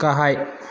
गाहाय